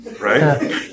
Right